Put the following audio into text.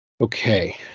Okay